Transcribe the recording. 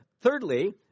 thirdly